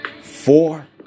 four